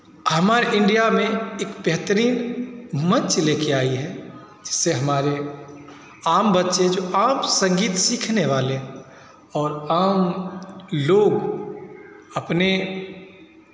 हमारे इंडिया में एक बेहतरीन मंच लेके आई है जिससे हमारे आम बच्चे जो आम संगीत सीखने वाले और आम लोग अपने